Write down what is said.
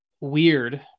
weird